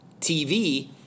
TV